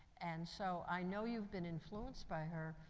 and so i know you've been influenced by her,